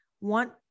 want